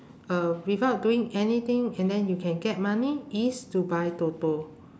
uh without doing anything and then you can get money is to buy toto